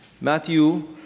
Matthew